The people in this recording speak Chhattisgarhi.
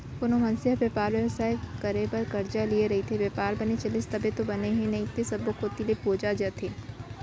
कोनो मनसे ह बयपार बेवसाय करे बर करजा लिये रइथे, बयपार बने चलिस तब तो बने हे नइते सब्बो कोती ले बोजा जथे